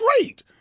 great